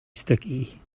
sticky